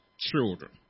children